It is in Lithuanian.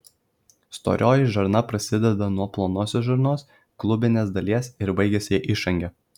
storoji žarna prasideda nuo plonosios žarnos klubinės dalies ir baigiasi išange